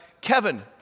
Kevin